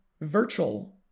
virtual